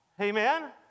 Amen